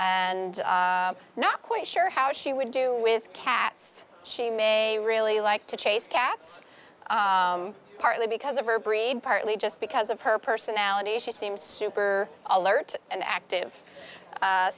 and not quite sure how she would do with cats she may really like to chase cats partly because of her breed partly just because of her personality she seems super alert and active